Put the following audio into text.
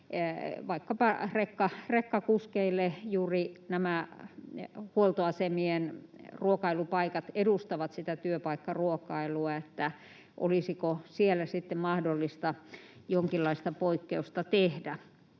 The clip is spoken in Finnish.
vaikkapa rekkakuskeille, juuri nämä huoltoasemien ruokailupaikat edustavat sitä työpaikkaruokailua, että olisiko siellä sitten mahdollista jonkinlaista poikkeusta tehdä.